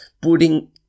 putting